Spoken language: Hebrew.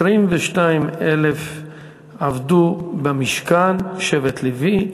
22,000 עבדו במשכן, שבט לוי,